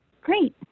Great